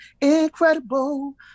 incredible